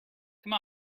come